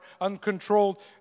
uncontrolled